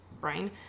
brain